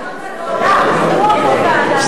רגע רגע, הקרקע לא עולה.